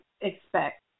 expect